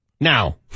Now